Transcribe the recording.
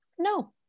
no